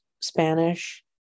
Spanish